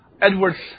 Edwards